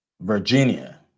Virginia